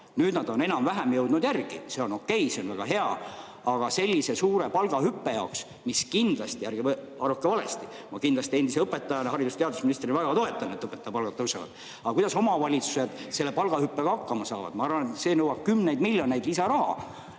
Nüüd nad on enam-vähem jõudnud järele, see on okei, see on väga hea. Aga selline suur palgahüpe – ärge arvake valesti, ma kindlasti endise õpetajana, haridus‑ ja teadusministrina väga toetan seda, et õpetajate palgad tõusevad. Aga kuidas omavalitsused selle palgahüppega hakkama saavad? Ma arvan, et see nõuab kümneid miljoneid lisaraha